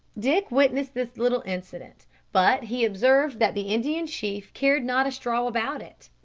dick witnessed this little incident but he observed that the indian chief cared not a straw about it,